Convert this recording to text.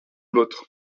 l’autre